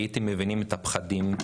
הייתם מבינים את הפחדים,